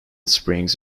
springs